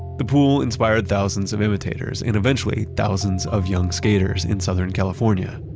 the pool inspired thousands of imitators, and eventually, thousands of young skaters in southern california.